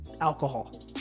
alcohol